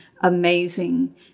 amazing